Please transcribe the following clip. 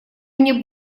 мне